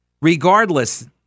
Regardless